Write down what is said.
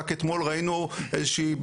רק אתמול ראינו בתקשורת,